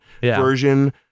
version